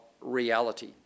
reality